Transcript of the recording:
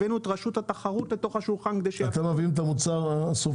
הבאנו את רשות התחרות לתוך השולחן --- אתם מביאים את המוצר הסופי?